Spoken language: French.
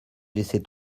laisser